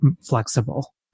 flexible